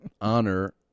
honor